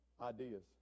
ideas